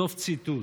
סוף ציטוט.